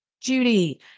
Judy